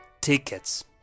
tickets